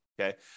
Okay